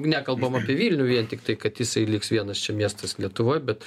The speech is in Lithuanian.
nekalbam apie vilnių vien tiktai kad jisai liks vienas čia miestas lietuvoj bet